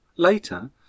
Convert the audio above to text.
Later